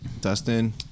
Dustin